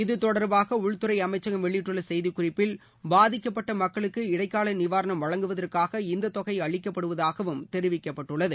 இது தொடர்பாக உள்துறை அமைச்சகம் வெளியிட்டுள்ள செய்திக்குறிப்பில் பாதிக்கப்பட்ட மக்களுக்கு இடைக்கால நிவாரணம் வழங்குவதற்காக இந்தத் தொகை அளிக்கப்படுவதாகவும் தெரிவிக்கப்பட்டு உள்ளது